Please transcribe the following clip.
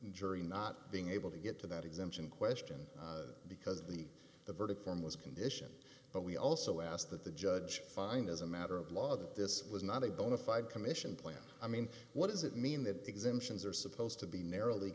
jury not being able to get to that exemption question because the the verdict form was condition but we also asked that the judge find as a matter of law that this was not a bonafide commission plan i mean what does it mean that exemptions are supposed to be narrowly